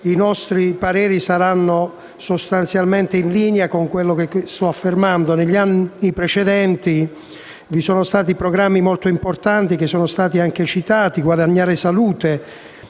i nostri pareri saranno sostanzialmente in linea con quanto sto per affermare. Negli anni precedenti vi sono stati programmi molto importanti che sono stati anche citati, come Guadagnare salute